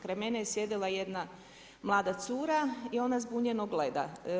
Kraj mene je sjedila jedna mlada cura i ona zbunjeno gleda.